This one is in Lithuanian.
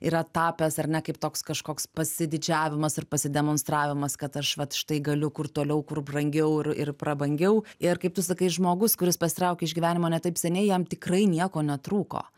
yra tapęs ar ne kaip toks kažkoks pasididžiavimas ir pasidemonstravimas kad aš vat štai galiu kur toliau kur brangiau ir ir prabangiau ir kaip tu sakai žmogus kuris pasitraukė iš gyvenimo ne taip seniai jam tikrai nieko netrūko